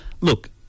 Look